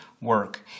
work